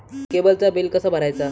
केबलचा बिल कसा भरायचा?